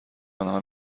آنها